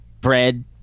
bread